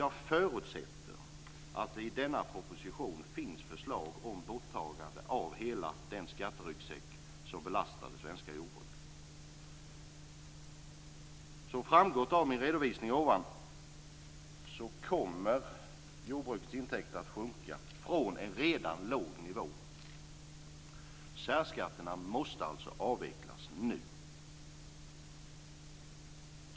Jag förutsätter att det i denna proposition finns förslag om borttagande av hela den skatteryggsäck som belastar det svenska jordbruket. Som framgått av min redovisning kommer jordbrukets intäkter att sjunka från en redan låg nivå. Särskatterna måste alltså avvecklas nu.